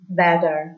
better